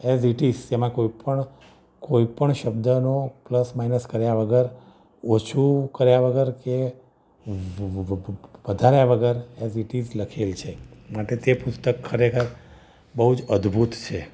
as it is તેમાં કોઈ પણ કોઈ પણ શબ્દનો પ્લસ માઈનસ કર્યા વગર ઓછું કર્યા વગર કે વવવ વધાર્યા વગર ઍઝ ઈટ ઈઝલખેલ છે માટે તે પુસ્તક ખરેખર બહુ જ અદ્ભુત છે